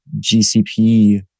GCP